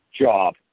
job